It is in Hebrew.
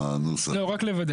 להישען עליה ולא לנוע.